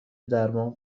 درمان